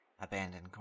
Abandoned